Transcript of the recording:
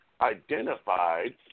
identified